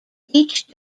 each